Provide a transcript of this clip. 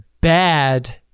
bad